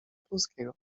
polskiego